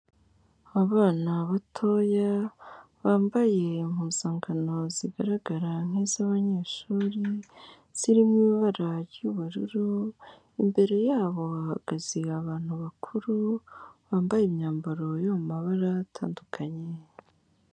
Abana batoya bambaye impuzangano zigaragara nk'iz'abanyeshuri, ziri mu ibara ry'ubururu, imbere yabo hahagaze abantu bakuru, bambaye imyambaro yo mu mabara atandukanye.